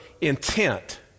intent